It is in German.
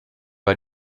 war